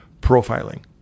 profiling